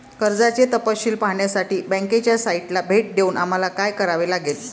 कर्जाचे तपशील पाहण्यासाठी बँकेच्या साइटला भेट देऊन आम्हाला काय करावे लागेल?